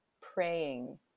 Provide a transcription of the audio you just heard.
praying